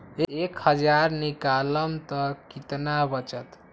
एक हज़ार निकालम त कितना वचत?